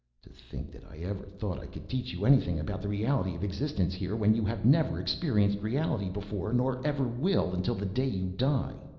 to think that i ever thought i could teach you anything about the reality of existence here when you have never experienced reality before nor ever will until the day you die.